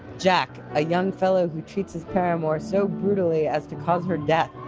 jack a young fellow who treats his paramour so brutally as to cause her death.